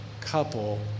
couple